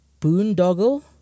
boondoggle